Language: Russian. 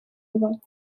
его